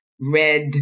red